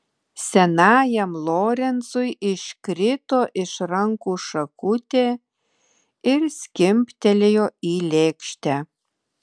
senajam lorencui iškrito iš rankų šakutė ir skimbtelėjo į lėkštę